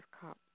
cup